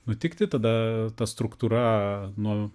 nutikti tada ta struktūra nuo